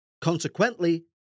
Consequently